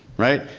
right?